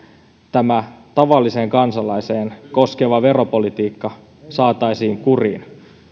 tämä tavalliseen kansalaiseen koskeva veropolitiikka saataisiin kuriin